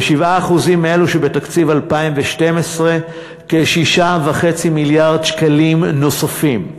ב-7% אלו שבתקציב 2012 כ-6.5 מיליארד שקלים נוספים.